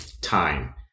time